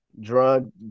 drug